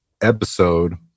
episode